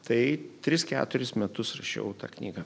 tai tris keturis metus rašiau tą knygą